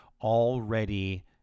already